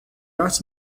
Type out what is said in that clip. artes